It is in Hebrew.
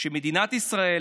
שמדינת ישראל